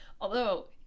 Although-